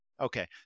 Okay